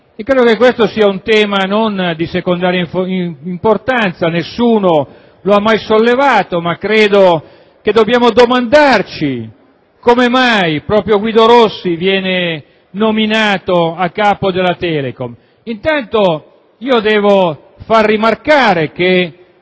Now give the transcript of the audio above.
Credo che questo sia un tema non di secondaria importanza. Nessuno lo ha mai sollevato, ma credo che dobbiamo domandarci come mai proprio Guido Rossi viene nominato a capo della Telecom. Intanto, devo far rimarcare che